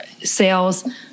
sales